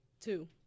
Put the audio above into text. Two